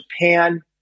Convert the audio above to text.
Japan